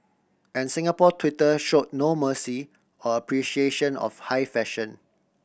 and Singapore Twitter show no mercy or appreciation of high fashion